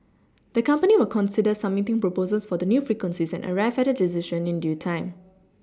the company will consider submitting proposals for the new frequencies and arrive at a decision in due time